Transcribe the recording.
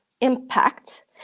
impact